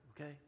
okay